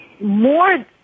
More